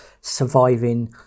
surviving